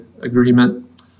agreement